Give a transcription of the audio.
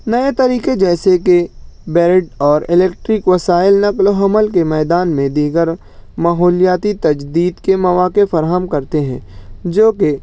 نئے طریقے جیسے کہ بیٹ اور الکٹرک وسائل نقل و حمل کے میدان میں دیگر ماحولیاتی تجدید کے مواقع فراہم کرتے ہیں جوکہ